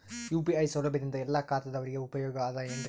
UPI ಸೌಲಭ್ಯದಿಂದ ಎಲ್ಲಾ ಖಾತಾದಾವರಿಗ ಉಪಯೋಗ ಅದ ಏನ್ರಿ?